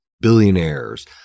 billionaires